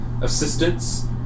assistance